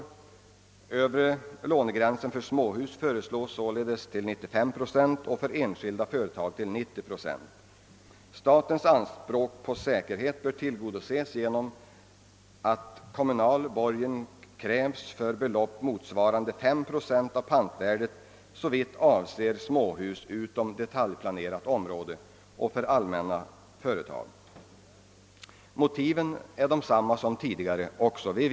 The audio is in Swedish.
Den övre lånegränsen för småhus föreslås sålunda höjd till 95 procent och för enskilda företag till '90 procent. Statens anspråk på säkerhet bör tillgodoses genom att kommunal borgen krävs för belopp motsvarande 5 procent av pantvärdet såvitt avser småhus utanför detaljplanerat område och allmänna företag. Motiven för förslaget är desamma som tidigare.